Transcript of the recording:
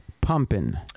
pumping